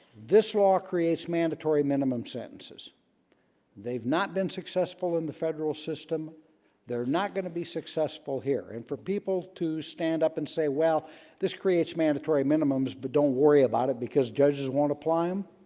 this law creates mandatory minimum sentences they've not been successful in the federal system they're not going to be successful here and for people to stand up and say well this creates mandatory minimums but don't worry about it because judges won't apply them